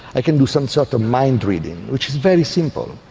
i can do some sort of mind reading which is very simple.